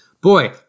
Boy